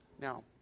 now